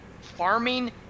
farming